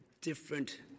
different